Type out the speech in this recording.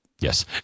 Yes